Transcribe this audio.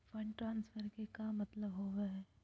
Fund transfer के का मतलब होव हई?